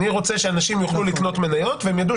אני רוצה שאנשים יוכלו לקנות מניות והם יידעו